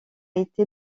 été